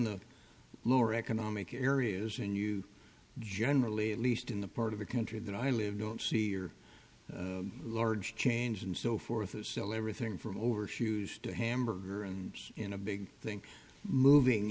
the lower economic areas and you generally at least in the part of a country that i live don't see or large chains and so forth sell everything from overshoes to hamburger and in a big thing moving